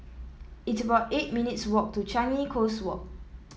it's about eight minutes walk to Changi Coast Walk